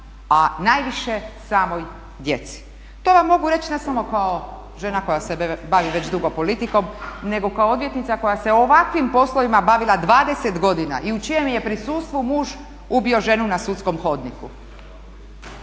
a najviše samoj djeci. To vam mogu reći ne samo kao žena koja se bavi već dugo politikom, nego kao odvjetnica koja se ovakvim poslovima bavila 20 godina i u čijem je prisustvu muž ubio ženu na sudskom hodniku.